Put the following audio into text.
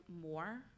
more